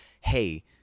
hey